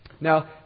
Now